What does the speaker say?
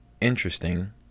interesting